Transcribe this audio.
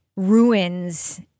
ruins